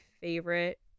favorite